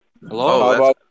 Hello